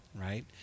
right